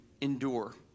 endure